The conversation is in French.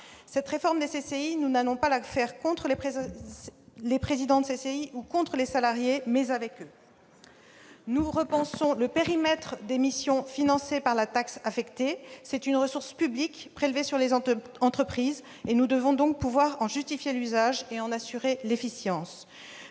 Cette réforme des CCI, nous allons la faire non pas contre les présidents de CCI ou contre les salariés, mais avec eux. Nous repensons le périmètre des missions financées par la taxe affectée. Il s'agit d'une ressource publique prélevée sur les entreprises, dont nous devons à ce titre justifier l'usage et assurer l'efficience.